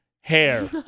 hair